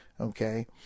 Okay